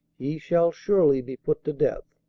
he shall surely be put to death.